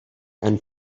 and